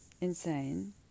insane